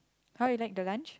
how you like the lunch